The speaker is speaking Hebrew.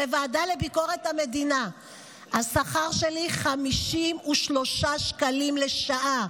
בוועדה לביקורת המדינה: השכר שלי 53 שקלים לשעה,